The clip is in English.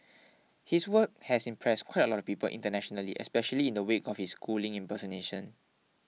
his work has impressed quite a lot of people internationally especially in the wake of his schooling impersonation